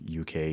uk